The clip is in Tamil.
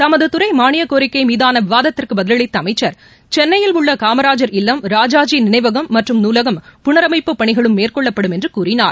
தமது துறை மானிபக்கோரிக்கை மீதான் விவாதத்திற்கு பதிலளித்த அமைச்சா் சென்னையிலுள்ள காமராஜா இல்லம் ராஜாஜி நினைவகம் மற்றும் நூலகம் புனரமைப்புப் பணிகளும் மேற்கொள்ளப்படும் என்றும் கூறினார்